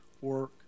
work